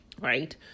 right